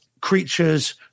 creatures